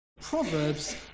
Proverbs